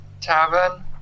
tavern